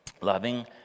Loving